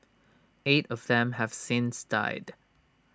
eight of them have since died